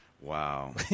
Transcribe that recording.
Wow